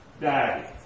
Daddy